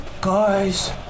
Guys